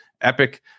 Epic